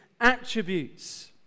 attributes